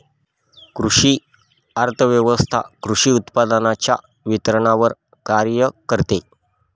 कृषी अर्थव्यवस्वथा कृषी उत्पादनांच्या वितरणावर कार्य करते